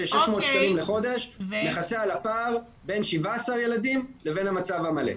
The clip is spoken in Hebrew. של 600 שקלים לחודש שיכסה על הפער בין 17 ילדים לבין המצב המלא.